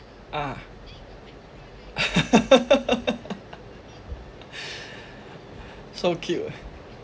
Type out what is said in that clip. ah so cute